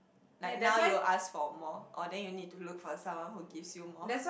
like now you ask for more or then you need to look for someone who gives you more